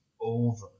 over